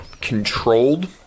controlled